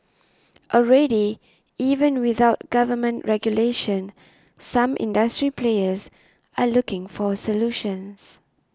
already even without government regulation some industry players are looking for solutions